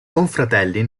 confratelli